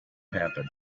happen